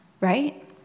Right